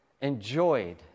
enjoyed